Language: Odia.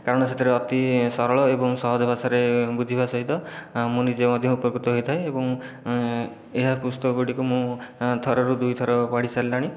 କାରଣ ସେଥିରେ ଅତି ସରଳ ଏବଂ ସହଜ ଭାଷାରେ ବୁଝିବା ସହିତ ମୁଁ ନିଜେ ମଧ୍ୟ ଉପକୃତ ହୋଇଥାଏ ଏବଂ ଏହା ପୁସ୍ତକଟିକୁ ମୁଁ ଥରରୁ ଦୁଇ ଥର ପଢ଼ି ସାରିଲିଣି